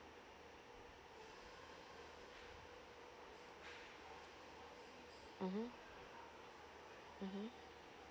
mmhmm mmhmm